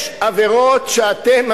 יש עבירות שאתם,